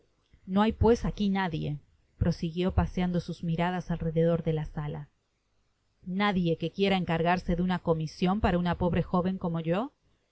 no hay pues aqui nadie prosiguió paseando sus miradas alrededor de la sala nadie que quiera encargarse de una comision para una pobre jóven como yo